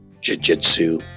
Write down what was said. jiu-jitsu